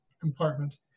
compartment